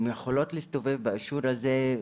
הן יכולות להסתובב עם האישור הזה,